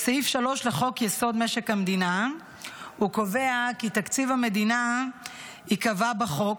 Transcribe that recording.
"סעיף 3 לחוק-יסוד: משק המדינה --- קובע כי תקציב המדינה ייקבע בחוק.